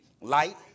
Light